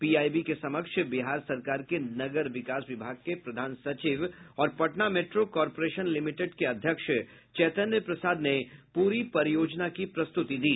PIB के समक्ष बिहार सरकार के नगर विकास विभाग के प्रधान सचिव और पटना मेट्रो कॉरपोरेशन लिमिटेड के अध्यक्ष चैतन्य प्रसाद ने पूरी परियोजना की प्रस्तृति दी